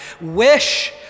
wish